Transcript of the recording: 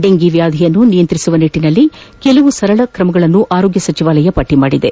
dengue ವ್ಯಾಧಿಯನ್ನು ನಿಯಂತ್ರಿಸುವ ನಿಟ್ಟಿನಲ್ಲಿ ಕೆಲವೊಂದು ಸರಳ ಕ್ರಮಗಳನ್ನು ಆರೋಗ್ಯ ಸಚಿವಾಲಯ ಪಟ್ಟಿ ಮಾಡಿದೆ